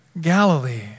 Galilee